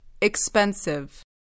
Expensive